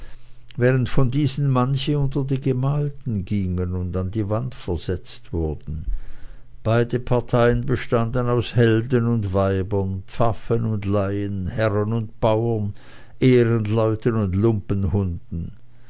während von diesen manche unter die gemalten gingen und an die wand versetzt wurden beide parteien bestanden aus helden und weibern pfaffen und laien herren und bauern ehrenleuten und